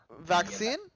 vaccine